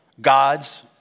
God's